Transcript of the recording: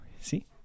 see